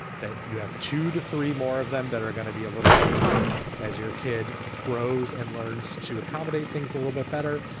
that you have two to three more of them that are going to be a little bit tough as your kid grows and learns to accommodate things a little bit better,